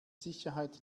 sicherheit